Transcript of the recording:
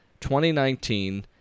2019